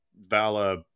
Vala